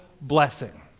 blessing